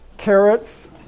carrots